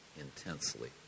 intensely